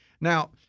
Now